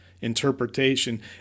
interpretation